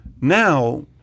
Now